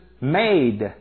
made